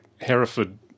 Hereford